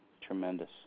Tremendous